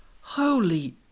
Holy